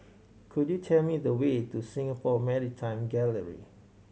could you tell me the way to Singapore Maritime Gallery